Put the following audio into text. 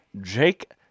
Jake